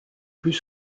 plus